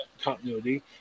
continuity